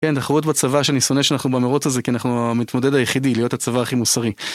כן, תחרות בצבא, שאני שונא שאנחנו במרוץ הזה כי אנחנו המתמודד היחידי, להיות הצבא הכי מוסרי.